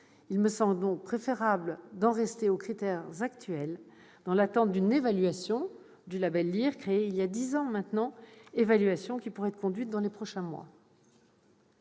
Il me semble donc préférable d'en rester aux critères actuels, dans l'attente d'une évaluation du label LiR, créé il y a dix ans maintenant, évaluation qui pourrait être conduite dans les prochains mois.